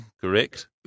Correct